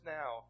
now